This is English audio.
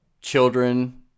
children